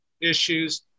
issues